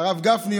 הרב גפני,